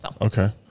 Okay